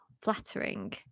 flattering